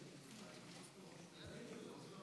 אדוני היושב-ראש,